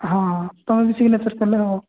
ହଁ ତୁମେ ବି ସିଗ୍ନେଚର୍ କରିଲେ ହେବ